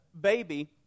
baby